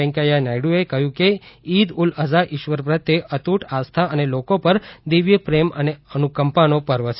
વૈંકયા નાયડુએ કહ્યું છે કે ઇદ ઉલ અઝહા ઇશ્વર પ્રત્યે અતૂટ આસ્થા અને લોકો પર દેવિય પ્રેમ અને અનુકમ્પાનો પર્વ છે